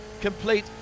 complete